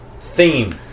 theme